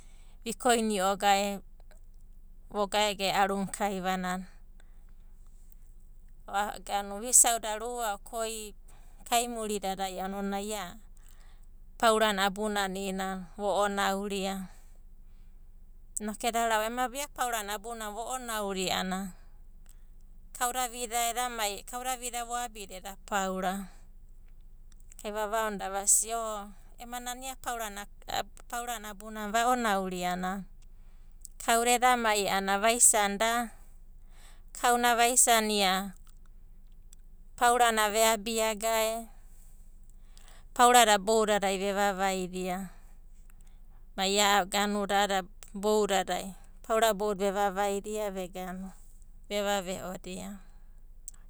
Vikoini'o gae, vo gaegae aruna kaivananai. Vuisauda rua o koi kaimuri dadai a'ana onina ai ia paurana abunana i'inana vo'onauria. Inoku eda rauai, ema ia paurana abunana vo'onauria a'ana kauda vida eda mai, kauda vida voabida eda paura? Inoku ai vovoanoda vasia, o ema nana ia paurana abunana va'onauria a'ana, kauda eda mai a'ana vaisanida kauna vaisania paurana veobia gae, paurada boudadai ve vavai dia, mai veva ve'odia.